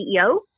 CEO